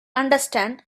understand